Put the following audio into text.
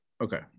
okay